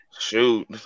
Shoot